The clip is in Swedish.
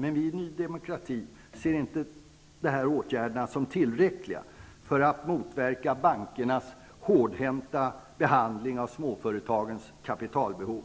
Vi i Ny demokrati ser emellertid inte dessa åtgärder som tillräckliga för att motverka bankernas hårdhänta behandling av småföretagens kapitalbehov.